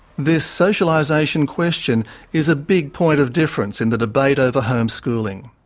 this socialisation question is a big point of difference in the debate over homeschooling.